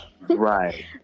Right